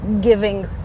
giving